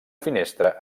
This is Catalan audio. finestra